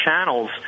channels